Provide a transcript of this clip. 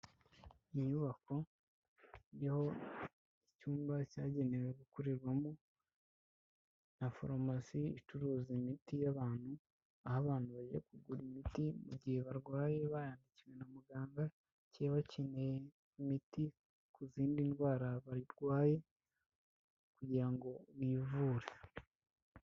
Iyi inyubako niho icyumba cyagenewe gukorerwamo na farumasi icuruza imiti y'abantu, aho abantu bajya kugura imiti mu gihe barwaye, bayandikiwe na muganga, cyangwa bakeneye imiti ku zindi ndwara barwaye kugira ngo bivure.